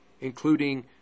including